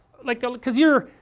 like, because you're,